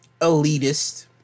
elitist